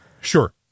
Sure